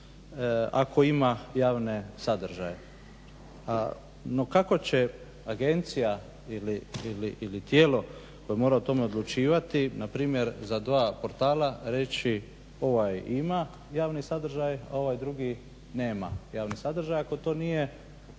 ako ima javne sadržaje. No kako će agencija ili tijelo koje mora o tome odlučivati npr. za dva portala reći ovaj ima javni sadržaj, a ovaj drugi nema javni sadržaj ako to nije